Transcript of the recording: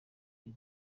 iri